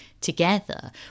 together